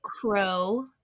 crow